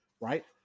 right